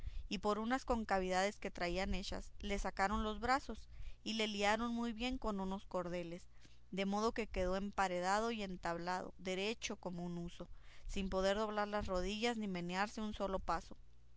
y por unas concavidades que traían hechas le sacaron los brazos y le liaron muy bien con unos cordeles de modo que quedó emparedado y entablado derecho como un huso sin poder doblar las rodillas ni menearse un solo paso